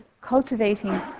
cultivating